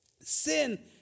Sin